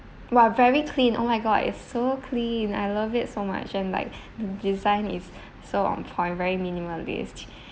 !wah! very clean oh my god it's so clean I love it so much and like the design is so on point very minimalist